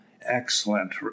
excellent